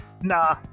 Nah